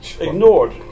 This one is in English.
ignored